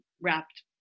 wrapped